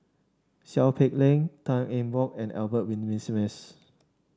Seow Peck Leng Tan Eng Bock and Albert Winsemius